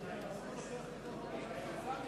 (קורא בשמות חברי הכנסת)